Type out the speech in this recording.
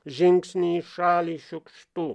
žingsnį į šalį šiukštu